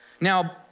Now